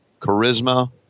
charisma